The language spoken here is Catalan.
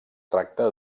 tracta